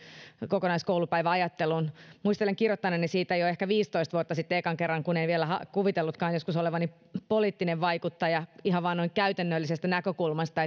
kokonaiskoulupäiväajatteluun muistelen kirjoittaneeni siitä jo ehkä viisitoista vuotta sitten ensimmäisen kerran kun en vielä kuvitellutkaan joskus olevani poliittinen vaikuttaja ihan vain noin käytännöllisestä näkökulmasta